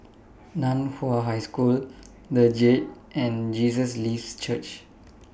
NAN Hua High School The Jade and Jesus Lives Church